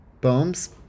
Bombs